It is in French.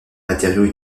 matériaux